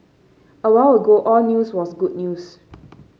a while ago all news was good news